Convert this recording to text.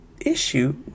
issue